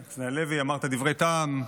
הלוי, אמרת דברי טעם.